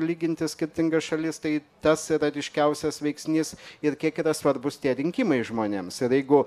lyginti skirtingas šalis tai tas yra ryškiausias veiksnys ir kiek yra svarbūs tie rinkimai žmonėms ir jeigu